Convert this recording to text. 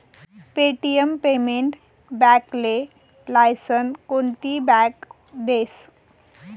Paytm payment बॅकले licence कोनती bank देस?